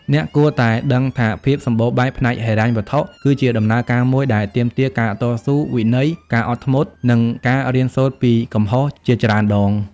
អ្នកគួរតែដឹងថាភាពសម្បូរបែបផ្នែកហិរញ្ញវត្ថុ គឺជាដំណើរការមួយដែលទាមទារការតស៊ូ វិន័យ ការអត់ធ្មត់ និងការរៀនសូត្រពីកំហុសជាច្រើនដង។